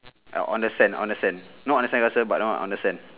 uh on the sand on the sand not on the sandcastle but not on the sand